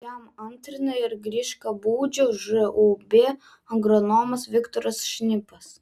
jam antrina ir griškabūdžio žūb agronomas viktoras šnipas